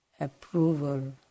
approval